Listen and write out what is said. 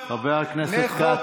תבעטו באזרחים כשהם כבר על הרצפה.